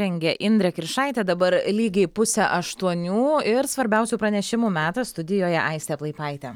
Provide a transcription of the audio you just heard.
rengė indrė kiršaitė dabar lygiai pusę aštuonių ir svarbiausių pranešimų metas studijoje aistė plaipaitė